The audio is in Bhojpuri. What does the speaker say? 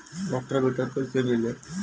रोटर विडर कईसे मिले?